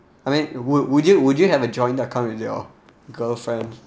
I mean would would you would you have a joint account with your girlfriend